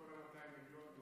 למה שהיה בישיבה,